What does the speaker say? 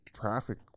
traffic